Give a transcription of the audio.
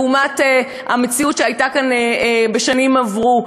לעומת המציאות שהייתה כאן בשנים עברו.